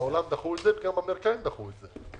בעולם דחו את זה, וגם האמריקאים דחו את זה.